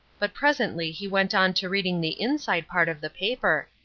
but presently he went on to reading the inside part of the paper,